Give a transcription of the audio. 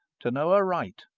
to know aright,